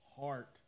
heart